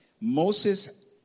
Moses